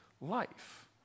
life